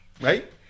Right